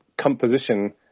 composition